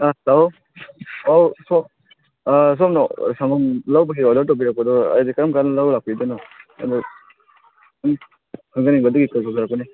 hello ꯑꯧ ꯁꯣꯝꯅ ꯁꯪꯒꯣꯝ ꯂꯧꯕꯒꯤ ꯑꯣꯔꯗꯔ ꯇꯧꯕꯤꯔꯛꯄꯗꯣ ꯍꯥꯏꯕꯗꯤ ꯀꯔꯝ ꯀꯥꯟꯗ ꯂꯧꯕ ꯂꯥꯛꯄꯤꯒꯗꯣꯏꯅꯣ ꯑꯗꯣ ꯁꯨꯝ ꯈꯪꯖꯅꯤꯡꯕꯗꯒꯤ ꯀꯣꯜ ꯇꯧꯖꯔꯛꯄꯅꯦ